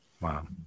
Wow